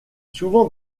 souvent